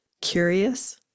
curious